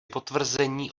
potvrzení